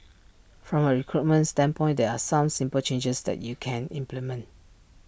from A recruitment standpoint there are some simple changes that you can implement